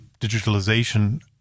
digitalization